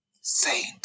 Saint